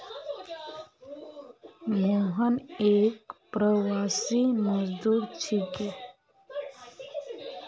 मोहन एक प्रवासी मजदूर छिके